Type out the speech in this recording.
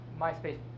MySpace